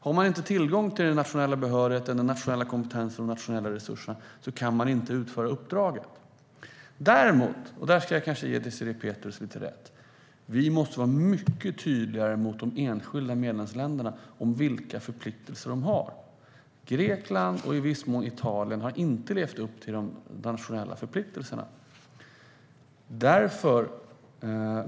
Har man inte tillgång till den nationella behörigheten, den nationella kompetensen och de nationella resurserna kan man inte utföra uppdraget. Däremot - och där ska jag ge Désirée Pethrus lite rätt - måste vi vara mycket tydligare mot de enskilda medlemsländerna om vilka förpliktelser de har. Grekland och i viss mån Italien har inte levt upp till de nationella förpliktelserna.